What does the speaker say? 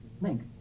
link